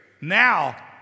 Now